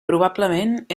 probablement